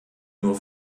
nur